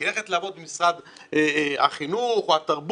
כי ללכת לעבוד במשרד החינוך או התרבות,